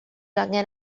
angen